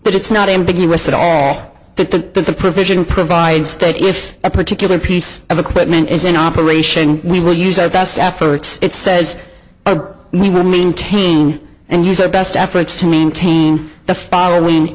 but it's not ambiguous at all that the provision provide state if a particular piece of equipment is in operation we will use our best efforts it says we will maintain and use our best efforts to maintain the following